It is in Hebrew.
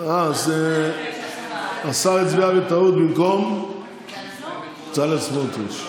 השר הצביע בטעות במקום בצלאל סמוטריץ.